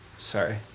Sorry